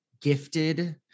gifted